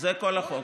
זה כל החוק.